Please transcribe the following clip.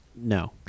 no